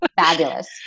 Fabulous